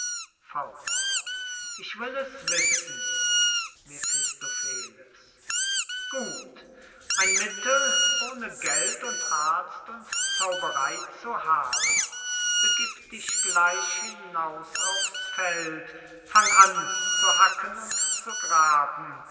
capitel ich will es wissen mephistopheles gut ein mittel ohne geld und arzt und zauberey zu haben begib dich gleich hinaus aufs feld fang an zu hacken und zu graben